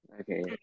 Okay